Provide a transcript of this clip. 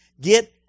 get